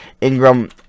ingram